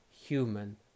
human